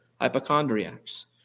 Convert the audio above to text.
hypochondriacs